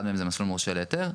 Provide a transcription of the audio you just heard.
אחד מהם זה מסלול מורשה להיתר,